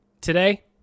Today